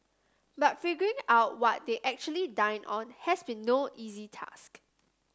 but figuring out what they actually dined on has been no easy task